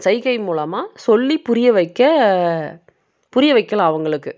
சைகை மூலமாக சொல்லி புரிய வைக்க புரிய வைக்கிலாம் அவங்களுக்கு